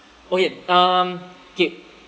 okay um kay